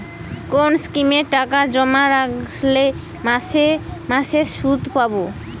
কোন স্কিমে টাকা জমা রাখলে মাসে মাসে সুদ পাব?